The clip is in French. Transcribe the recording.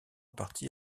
partie